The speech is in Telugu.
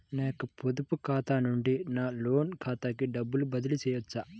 నా యొక్క పొదుపు ఖాతా నుండి నా లోన్ ఖాతాకి డబ్బులు బదిలీ చేయవచ్చా?